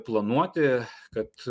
planuoti kad